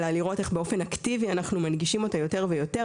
אלא באופן אקטיבי אנחנו מנגישים אותה יותר ויותר.